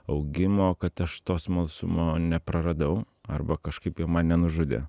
augimo kad aš to smalsumo nepraradau arba kažkaip jie man nenužudė